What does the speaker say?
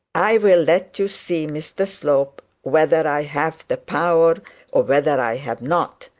i will let you see, mr slope, whether i have the power or whether i have not.